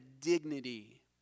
dignity